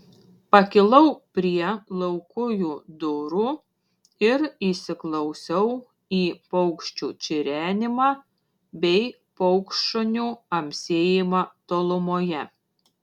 pakilau prie laukujų durų ir įsiklausiau į paukščių čirenimą bei paukštšunių amsėjimą tolumoje